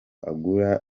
agura